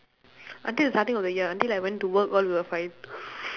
until starting of the year until I went to work all we're fine